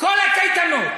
כל הקייטנות,